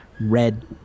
red